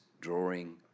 drawing